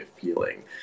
feeling